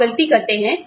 आप गलती करते हैं